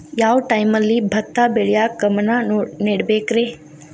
ಯಾವ್ ಟೈಮಲ್ಲಿ ಭತ್ತ ಬೆಳಿಯಾಕ ಗಮನ ನೇಡಬೇಕ್ರೇ?